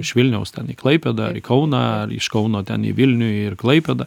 iš vilniaus ten į klaipėdą ar į kauną ar iš kauno ten į vilnių ir į klaipėdą